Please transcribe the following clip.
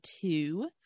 two